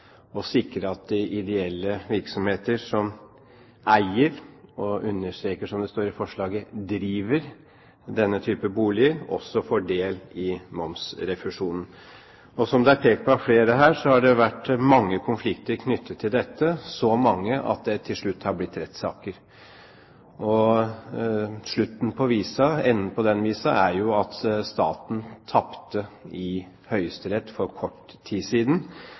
og – jeg understreker, som det står i forslaget – driver denne type boliger, også får ta del i momsrefusjonen. Som det er pekt på av flere her, har det vært mange konflikter knyttet til dette – så mange at det til slutt har blitt rettssaker. Enden på den visa er jo at staten tapte i Høyesterett for kort tid siden,